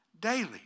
daily